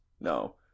No